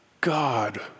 God